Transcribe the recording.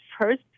first